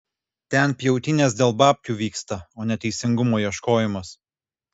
ten pjautynės dėl babkių vyksta o ne teisingumo ieškojimas